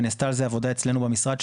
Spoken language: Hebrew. ונעשתה על זה עבודה אצלנו במשרד,